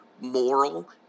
moral